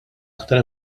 aktar